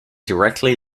directly